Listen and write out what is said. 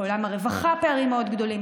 בעולם הרווחה הפערים מאוד גדולים,